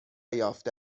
یافته